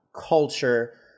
culture